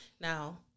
Now